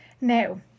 Now